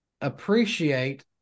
appreciate